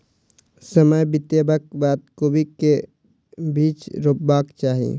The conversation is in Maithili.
समय बितबाक बाद कोबी केँ के बीज रोपबाक चाहि?